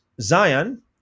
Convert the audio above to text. Zion